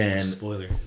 spoiler